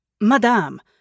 Madame